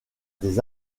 des